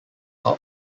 how